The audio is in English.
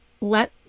let